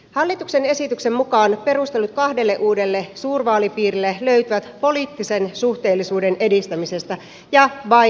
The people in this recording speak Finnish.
hallituksen esityksen mukaan perustelut kahdelle uudelle suurvaalipiirille löytyvät poliittisen suhteellisuuden edistämisestä ja vain siitä